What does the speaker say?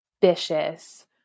vicious